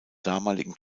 damaligen